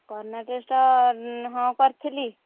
corona test ହଁ କରିଥିଲି